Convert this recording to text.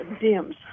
DIMS